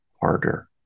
harder